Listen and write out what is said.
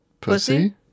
pussy